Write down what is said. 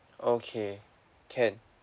okay can